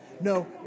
No